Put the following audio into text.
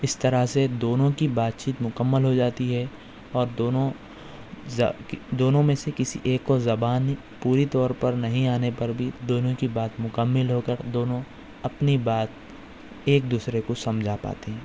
اس طرح سے دونوں کی بات چیت مکمل ہو جاتی ہے اور دونوں دونوں میں سے کسی ایک کو بھی زبان پوری طور پر نہیں آنے پر بھی دونوں کی بات مکمل ہو کر دونوں اپنی بات ایک دوسرے کو سمجھا پاتے ہیں